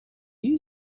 you